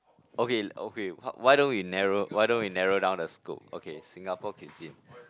okay okay how why don't we narrow why don't we narrow down the scope okay Singapore cuisine